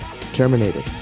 Terminated